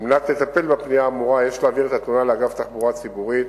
כדי לטפל בתלונה האמורה יש להעביר אותה לאגף התחבורה הציבורית,